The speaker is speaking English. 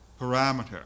parameter